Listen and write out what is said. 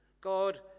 God